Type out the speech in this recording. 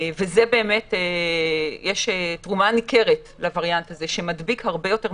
באמת יש תרומה ניכרת לווריאנט הזה שמדביק הרבה יותר מהיר.